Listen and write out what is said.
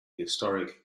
historic